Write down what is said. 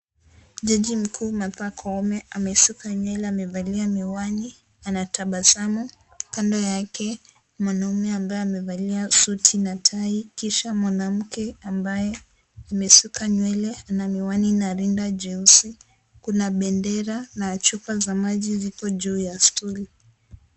Jaji mkuu Martha koome amesuka nywele amevalia miwani anatabasamu kando yake mwanaume ambaye amevalia suti na tai ,kisha mwanamke ambaye amesuka nywele ana miwani na rinda jeusi kuna bendera na chupa ya maji iko juu ya stuli.